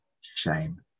shame